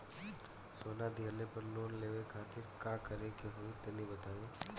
सोना दिहले पर लोन लेवे खातिर का करे क होई तनि बताई?